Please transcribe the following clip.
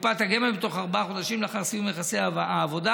לקופת הגמל בתוך ארבעה חודשים לאחר סיום יחסי העבודה,